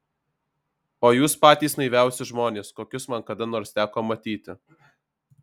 o jūs patys naiviausi žmonės kokius man kada nors teko matyti